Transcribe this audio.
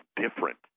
different